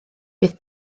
bydd